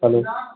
hello